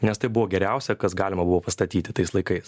nes tai buvo geriausia kas galima buvo pastatyti tais laikais